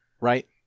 Right